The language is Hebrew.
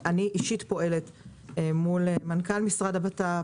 אני אישית פועלת מול מנכ"ל משרד הבט"פ,